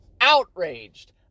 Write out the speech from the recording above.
outraged